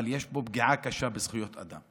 אבל יש פה פגיעה קשה בזכויות אדם.